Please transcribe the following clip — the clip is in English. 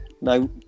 No